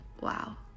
wow